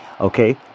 okay